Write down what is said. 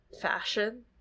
fashion